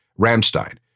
Ramstein